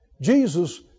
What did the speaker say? Jesus